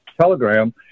Telegram